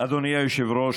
אדוני היושב-ראש,